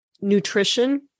nutrition